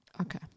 Okay